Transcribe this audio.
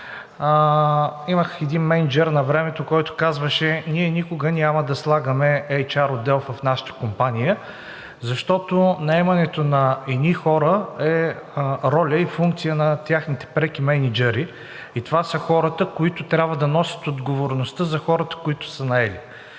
Имах един мениджър навремето, който казваше: „Ние никога няма да слагаме НР отдел в нашата компания, защото наемането на едни хора е роля и функция на техните преки мениджъри. Това са хората, които трябва да носят отговорността за тези, които са наели.“